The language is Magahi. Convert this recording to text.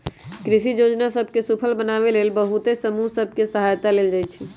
कृषि जोजना सभ के सूफल बनाबे लेल बहुते समूह सभ के सहायता लेल जाइ छइ